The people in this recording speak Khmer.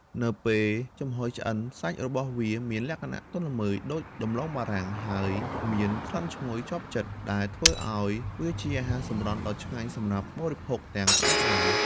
នៅពេលចំហុយឆ្អិន សាច់របស់វាមានលក្ខណៈទន់ល្មើយដូចដំឡូងបារាំង ហើយមានក្លិនឈ្ងុយជាប់ចិត្ត ដែលធ្វើឲ្យវាជាអាហារសម្រន់ដ៏ឆ្ងាញ់សម្រាប់បរិភោគទាំងក្ដៅៗ។